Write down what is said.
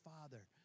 Father